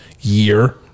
year